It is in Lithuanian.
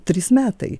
trys metai